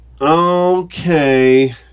Okay